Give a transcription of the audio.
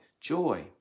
joy